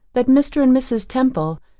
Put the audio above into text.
that mr. and mrs. temple,